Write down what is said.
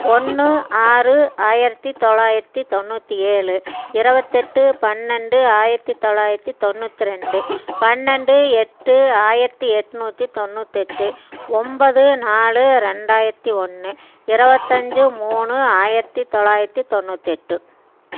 ஒன்று ஆறு ஆயிரத்தி தொள்ளாயிரத்தி தொண்ணூற்றி ஏழு இருபத்தெட்டு பன்னெண்டு ஆயிரத்தி தொள்ளாயிரத்தி தொண்ணூத்திரெண்டு பன்னெண்டு எட்டு ஆயிரத்தி எண்நூத்தி தொண்ணூற்றெட்டு ஒன்பது நாலு ரெண்டாயிரத்தி ஒன்று இருபத்தஞ்சு மூணு ஆயிரத்தி தொள்ளாயிரத்தி தொண்ணூற்றெட்டு